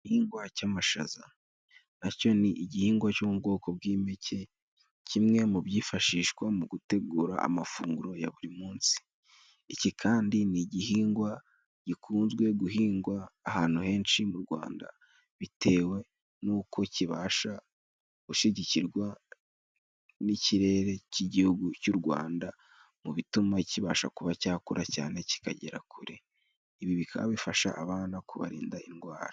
Igihingwa cy'amashaza na cyo ni igihingwa cyo mu bwoko bw'impeke, kimwe mu byifashishwa mu gutegura amafunguro ya buri munsi. Iki kandi ni igihingwa gikunzwe guhingwa ahantu henshi mu Rwanda bitewe n'uko kibasha gushyigikirwa n'ikirere cy'igihugu cy'u Rwanda, mu bituma kibasha kuba cyakura cyane kikagera kure. Ibi bikaba bifasha abana kubarinda indwara.